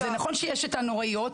שזה נכון שיש הנוראיות,